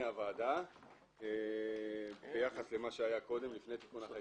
הוועדה ביחס למה שהיה קודם לפני תיקון החקיקה.